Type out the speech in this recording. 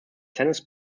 tennis